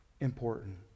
important